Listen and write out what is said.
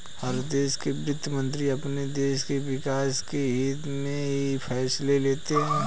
हर देश के वित्त मंत्री अपने देश के विकास के हित्त में ही फैसले लेते हैं